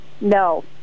No